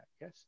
yes